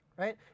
Right